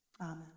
amen